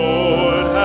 Lord